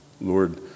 Lord